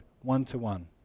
one-to-one